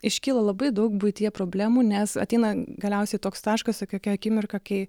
iškyla labai daug buityje problemų nes ateina galiausiai toks taškas tokia akimirka kai